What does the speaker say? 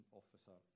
officer